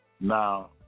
Now